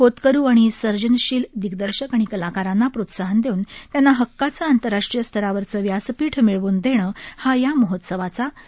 होतकरू आणि सर्जनशील दिग्दर्शक आणि कलाकारांना प्रोत्साहन देऊन त्यांना हक्काचं आंतरराष्ट्रीय स्तरावरचं व्यासपीठ मिळवून देणं हा हया महोत्सवाचा प्रमुख हेतू आहे